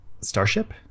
Starship